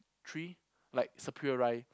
three like superia